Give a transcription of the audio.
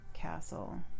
Castle